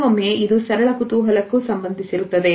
ಕೆಲವೊಮ್ಮೆ ಇದು ಸರಳ ಕುತೂಹಲಕ್ಕೂ ಸಂಬಂಧಿಸಿರುತ್ತದೆ